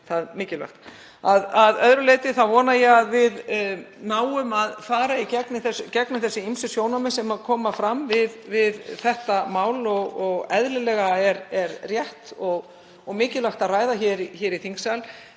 það mikilvægt. Að öðru leyti vona ég að við náum að fara í gegnum þau ýmsu sjónarmið sem koma fram við þetta mál og eðlilega er rétt og mikilvægt að ræða hér í þingsal.